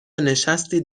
نشستید